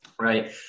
Right